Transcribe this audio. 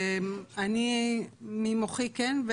אני ממוחי, כן.